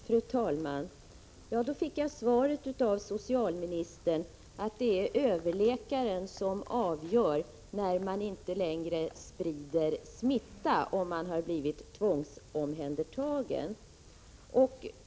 Fru talman! Så fick jag då svaret av socialministern att det är överläkaren som avgör när man inte längre sprider smitta om man har blivit tvångsomhändertagen.